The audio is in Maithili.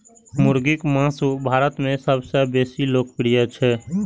मुर्गीक मासु भारत मे सबसं बेसी लोकप्रिय छै